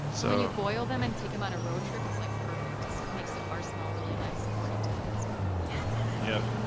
so boil them and take them on a road trip, it's like perfect. it makes the car smell really nice according to my husband yup.